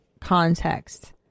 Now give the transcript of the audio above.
context